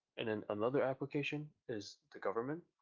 and then another application is the government.